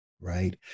right